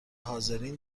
حاضرین